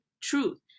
truth